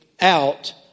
out